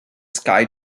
skye